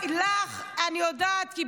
אני יודעת.